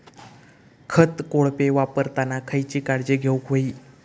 खत कोळपे वापरताना खयची काळजी घेऊक व्हयी?